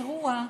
אירוע,